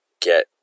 get